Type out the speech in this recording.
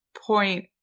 point